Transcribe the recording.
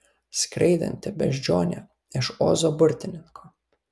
skraidanti beždžionė iš ozo burtininko